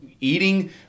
eating